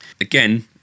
Again